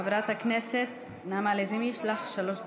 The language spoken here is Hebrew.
חברת הכנסת נעמה לזימי, יש לך שלוש דקות.